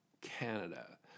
Canada